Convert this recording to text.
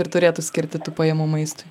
ir turėtų skirti tų pajamų maistui